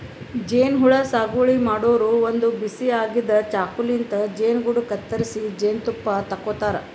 ಜೇನಹುಳ ಸಾಗುವಳಿ ಮಾಡೋರು ಒಂದ್ ಬಿಸಿ ಆಗಿದ್ದ್ ಚಾಕುಲಿಂತ್ ಜೇನುಗೂಡು ಕತ್ತರಿಸಿ ಜೇನ್ತುಪ್ಪ ತಕ್ಕೋತಾರ್